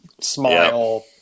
smile